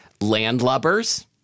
Landlubbers